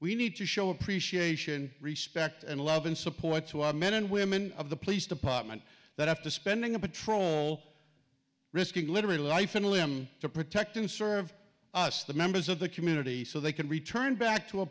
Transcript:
we need to show appreciation respect and love and support to our men and women of the police department that after spending a patrol risking literally life and limb to protect and serve us the members of the community so they can return back to a